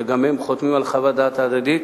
שגם הם חותמים על חוות דעת הדדית.